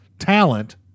talent